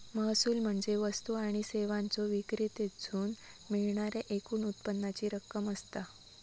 महसूल म्हणजे वस्तू आणि सेवांच्यो विक्रीतसून मिळणाऱ्या एकूण उत्पन्नाची रक्कम असता